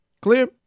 Clear